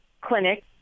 clinic